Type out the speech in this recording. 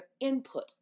input